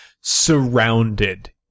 surrounded